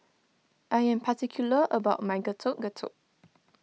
I am particular about my Getuk Getuk